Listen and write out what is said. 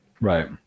Right